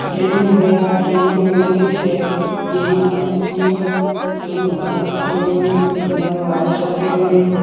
denim होइ या ठण्डीमे बुझिते छिए डेनिम रखली डेनिमके बट्टम खोलि लेली अन्दरमे व्हाइट शर्ट पेन्ह लेली